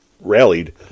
rallied